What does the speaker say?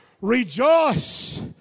Rejoice